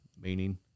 meaning